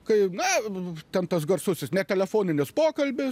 kai na ten tas garsusis netelefoninis pokalbis